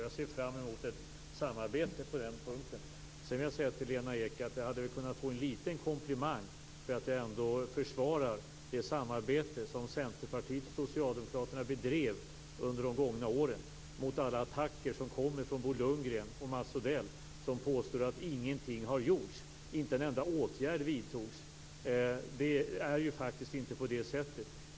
Jag ser fram emot ett samarbete på den punkten. Sedan vill jag säga till Lena Ek att jag hade väl kunnat få en liten komplimang för att jag ändå försvarar det samarbete som Centerpartiet och Socialdemokraterna bedrev under de gångna åren mot alla attacker som kommer från Bo Lundgren och Mats Odell. De påstår att ingenting har gjorts, att inte en enda åtgärd vidtogs. Det är faktiskt inte på det sättet.